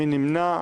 מי נמנע?